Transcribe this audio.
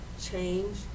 change